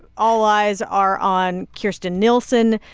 all eyes are on kirstjen nielsen,